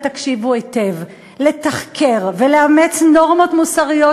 ותקשיבו היטב: לתחקר ולאמץ נורמות מוסריות